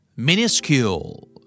Minuscule